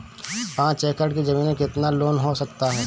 पाँच एकड़ की ज़मीन में कितना लोन हो सकता है?